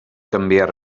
canviar